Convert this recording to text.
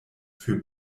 für